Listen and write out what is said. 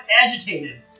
agitated